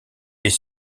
est